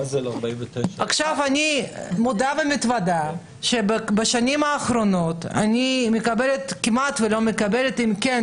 אני מודה ומתוודה שבשנים האחרונות אני כמעט ולא מקבלת פניות,